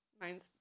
Mine's